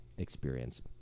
experience